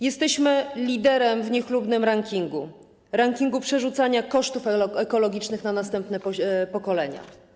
Jesteśmy liderem w niechlubnym rankingu, rankingu przerzucania kosztów ekologicznych na następne pokolenia.